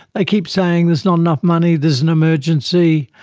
they keep saying there's not enough money, there's an emergency,